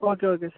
okay okay sir